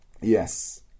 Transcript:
Yes